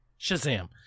Shazam